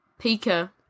Pika